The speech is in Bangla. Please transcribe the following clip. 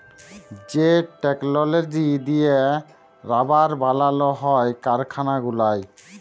যে টেকললজি দিঁয়ে রাবার বালাল হ্যয় কারখালা গুলায়